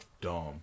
dumb